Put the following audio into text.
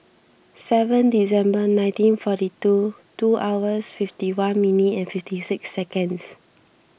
seven December nineteen forty two two hours fifty one minute and fifty six seconds